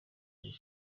paris